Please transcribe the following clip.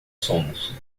somos